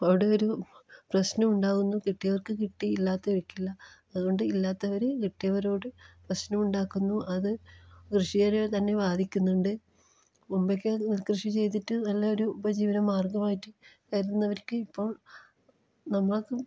അവിടെ ഒരു പ്രശ്നം ഉണ്ടാകുന്നു കിട്ടിയവർക്ക് കിട്ടി ഇല്ലാത്തവർക്ക് ഇല്ല അതുകൊണ്ട് ഇല്ലാത്തവർ കിട്ടിയവരോട് പ്രശ്നമുണ്ടാക്കുന്നു അത് കൃഷിയെ തന്നെ ബാധിക്കുന്നുണ്ട് മുമ്പൊക്കെ നെൽകൃഷി ചെയ്തിട്ട് നല്ലൊരു ഉപജീവനമാർഗ്ഗമായിട്ട് കരുതുന്നവർക്ക് ഇപ്പോൾ നമുക്കും